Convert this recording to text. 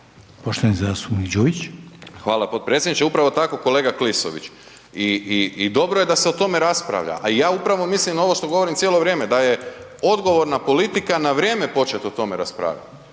**Đujić, Saša (SDP)** Hvala potpredsjedniče. Upravo tako kolega Klisović, i dobro je da se o tome raspravlja, a i ja upravo mislim o ovo to govorim cijelo vrijeme, da je odgovorna politika na vrijeme počet o tome raspravlja